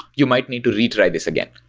you might need to retry this again,